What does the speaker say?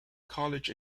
college